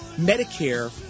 Medicare